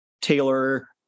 Taylor